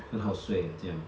很好睡 leh 这样